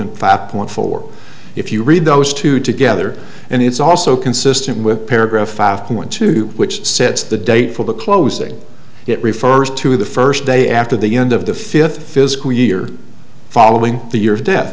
five point four if you read those two together and it's also consistent with paragraph five point two which sets the date for the closing it refers to the first day after the end of the fifth fiscal year following the year of death